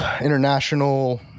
international